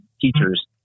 teachers